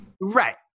Right